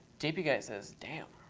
jpguy says, damn.